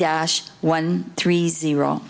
dash one three zero